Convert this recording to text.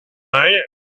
night